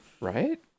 right